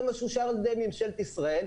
זה מה שאושר על-ידי ממשלת ישראל,